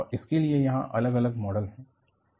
इसके लिए यहां अलग अलग मॉडल हैं